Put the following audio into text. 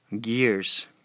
gears